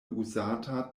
uzata